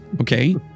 okay